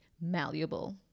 malleable